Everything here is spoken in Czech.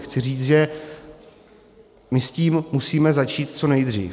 Chci říct, že s tím musíme začít co nejdřív.